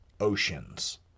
oceans